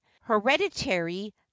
hereditary